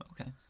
Okay